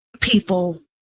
people